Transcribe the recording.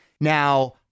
Now